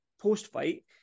post-fight